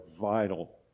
vital